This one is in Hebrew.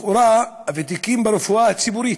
לכאורה, הוותיקים ברפואה הציבורית,